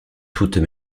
toutes